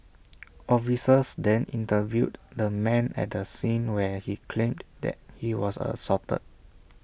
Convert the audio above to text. officers then interviewed the man at the scene where he claimed that he was assaulted